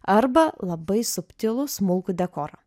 arba labai subtilų smulkų dekorą